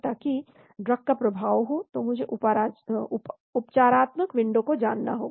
ताकि ड्रग का प्रभाव हो तो मुझे उपचारात्मक विंडो को जानना होगा